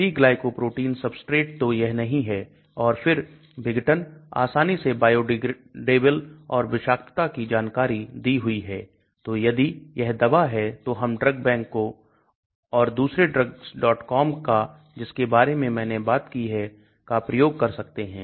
p glycoprotein substrate तो यह नहीं है और फिर विघटन आसानी से बायोडिग्रेडेबल और विषाक्तता की जानकारी दी हुई है तो यदि यह दवा है तो हम DRUGBANK का और दूसरे Drugscom का जिसके बारे में मैंने बात की है का प्रयोग कर सकते हैं